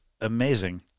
amazing